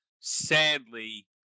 sadly